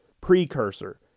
precursor